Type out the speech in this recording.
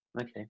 Okay